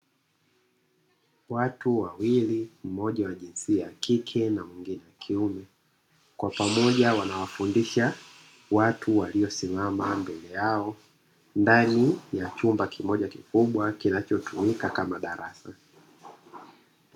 Watu wawili mmoja wa jinsia ya kike na mwingine wa kiume kwa pamoja wanawafundisha watu waliosimama mbele yao, ndani ya chumba kimoja kikubwa kinachotumika kama darasa.